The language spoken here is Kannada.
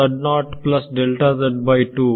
ಇದನ್ನೇ ನಾವು ಮಾಡುತ್ತಿದ್ದೆವು